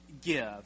give